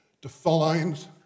defines